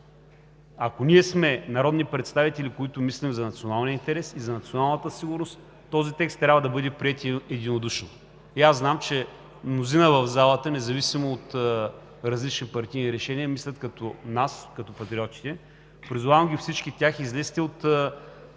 Ако ние сме народни представители, които мислим за националния интерес и за националната сигурност, този текст трябва да бъде приет единодушно. Знам, че мнозина в залата, независимо от различни партийни решения, мислят като нас – патриотите. Призовавам всички тях: излезте от